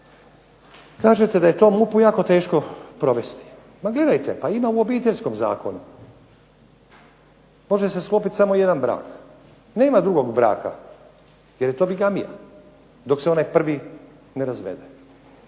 Kažete da je to MUP-u jako teško provesti. Ma gledajte, pa ima u Obiteljskom zakonu. Može se sklopiti samo jedan brak. Nema drugog braka, jer je to bigamija, dok se onaj prvi ne razvede.